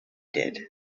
did